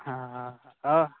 हँ हँ आओर